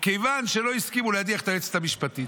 מכיוון שלא הסכימו להדיח את היועצת המשפטית.